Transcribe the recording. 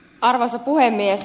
arvoisa puhemies